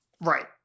Right